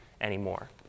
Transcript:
anymore